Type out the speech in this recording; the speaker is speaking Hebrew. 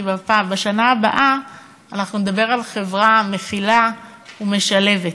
כי בשנה הבאה נדבר על חברה מכילה ומשלבת.